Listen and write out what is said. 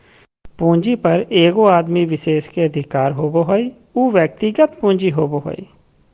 पूंजी पर एगो आदमी विशेष के अधिकार होबो हइ उ व्यक्तिगत पूंजी होबो हइ